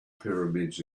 pyramids